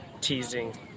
teasing